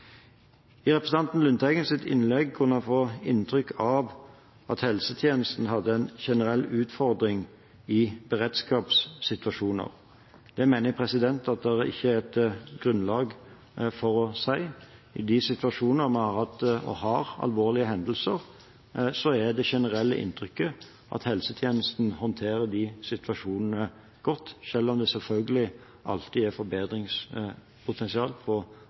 Av representanten Lundteigens innlegg kunne en få inntrykk av at helsetjenesten hadde en generell utfordring i beredskapssituasjoner. Det mener jeg det ikke er grunnlag for å si. I de situasjonene vi har hatt, og har, alvorlige hendelser, er det generelle inntrykket at helsetjenesten håndterer situasjonene godt. Selv om det selvfølgelig alltid er forbedringspotensial på